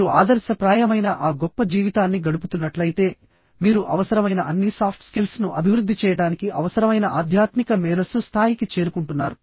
మీరు ఆదర్శప్రాయమైన ఆ గొప్ప జీవితాన్ని గడుపుతున్నట్లయితే మీరు అవసరమైన అన్ని సాఫ్ట్ స్కిల్స్ ను అభివృద్ధి చేయడానికి అవసరమైన ఆధ్యాత్మిక మేధస్సు స్థాయికి చేరుకుంటున్నారు